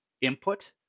input